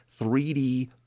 3D